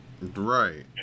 Right